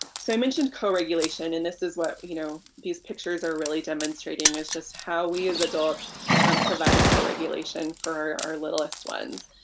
so i mentioned co-regulation and this is what you know these pictures are really demonstrating is just how we as adults and provide co-regulation for our littlest ones.